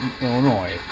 Illinois